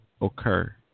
occur